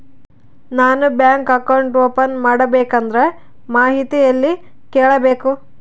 ನಾನು bank account open ಮಾಡಬೇಕಂದ್ರ ಮಾಹಿತಿ ಎಲ್ಲಿ ಕೇಳಬೇಕು?